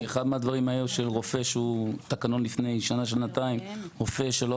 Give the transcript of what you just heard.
אחד מהדברים בתקנון לפני שנה-שנתיים היה שרופא שלא